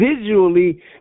visually